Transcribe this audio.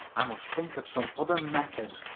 i must think of some other method.